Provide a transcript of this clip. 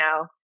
now